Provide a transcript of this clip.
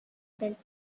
built